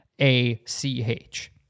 A-C-H